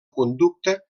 conducta